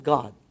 God